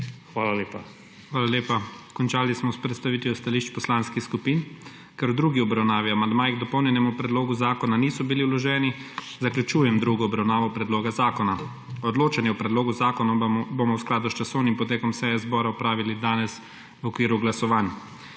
Hvala lepa. Končali smo predstavitev stališč poslanskih skupin. Ker v drugi obravnavi amandmaji k dopolnjenemu predlogu zakona niso bili vloženi, zaključujem drugo obravnavo predloga zakona. Odločanje o predlogu zakona bomo v skladu s časovnim potekom seje zbora opravili danes v okviru glasovanj.